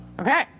Okay